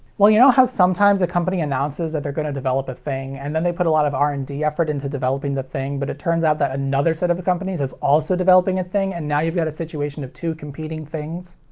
well, you know how sometimes a company announces that they're gonna develop a thing, and then they put a lot of r and d effort into developing the thing, but it turns out that another set of companies is also developing a thing, and now you've got a situation of two competing things?